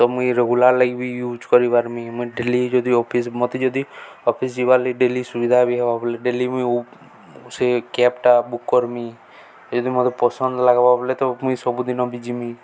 ତ ମୁଇଁ ରେଗୁଲାର ଲାଗି ବି ୟୁଜ କରିପାରମି ମୁଇଁ ଡେଲି ଯଦି ଅଫିସ ମତେ ଯଦି ଅଫିସ ଯିବାରିଲି ଡେଲି ସୁବିଧା ବି ହେବ ବଲେ ଡେଲି ମୁଇଁ ସେ କ୍ୟାବଟା ବୁକ୍ କରିମି ଯଦି ମତେ ପସନ୍ଦ ଲାଗବ ବଲେ ତ ମୁଇଁ ସବୁଦିନ ବି ଯିମି